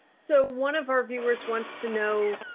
so one of our viewers wants to know,